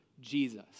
Jesus